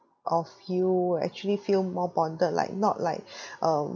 of you actually feel more bonded like not like um